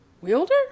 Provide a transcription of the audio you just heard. wielder